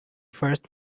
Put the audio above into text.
first